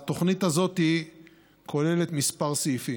התוכנית הזאת כוללת כמה סעיפים: